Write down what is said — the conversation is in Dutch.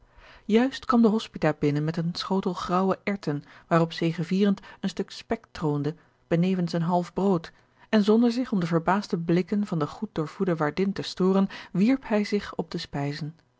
juist kwam de hospita binnen met een schotel graauwe erwten waarop zegevierend een stuk spek troonde benevens een half brood en zonder zich om de verbaasde blikken van de goed doorvoede waardin te storen wierp hij zich op de spijzen